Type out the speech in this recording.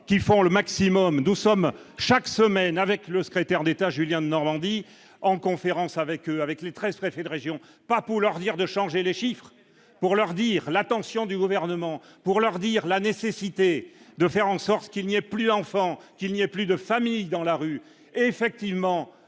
qu'ils font le maximum d'eau sommes chaque semaine avec le secrétaire d'État Julien de Normandie en conférence avec avec les 13, préfet de région, pas pour leur dire de changer les chiffres pour leur dire l'attention du gouvernement pour leur dire : la nécessité de faire en sorte qu'il n'y a plus l'enfant qu'il n'y a plus de famille dans la rue, effectivement,